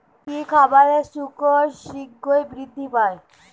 কি খাবালে শুকর শিঘ্রই বৃদ্ধি পায়?